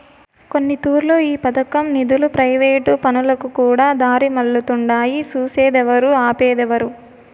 కొన్నితూర్లు ఈ పదకం నిదులు ప్రైవేటు పనులకుకూడా దారిమల్లతుండాయి సూసేదేవరు, ఆపేదేవరు